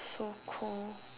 so cold